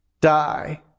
die